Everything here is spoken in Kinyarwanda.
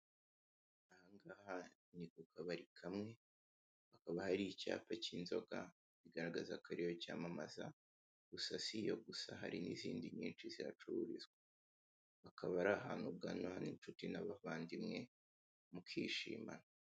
Ahangaha ni ku kabari kamwe, hakaba hari icyapa cy'inzoga, bigaragaza ko ari yo cyamamaza, gusa si yo gusa, hari n'izindi nyinshi zihacururizwa. Akaba ari ahantu ugana, n'insuti n'abavandimwe, mukishima.